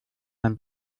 ein